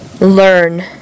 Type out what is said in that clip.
learn